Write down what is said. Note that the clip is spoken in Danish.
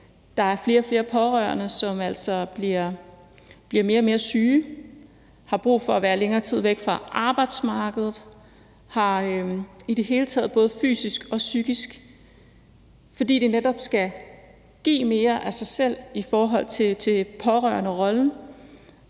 der er flere og flere pårørende, som altså bliver mere og mere syge og har brug for at være længere tid væk fra arbejdsmarkedet og i det hele taget er påvirket både fysisk og psykisk, fordi de netop skal give mere af sig selv i pårørenderollen.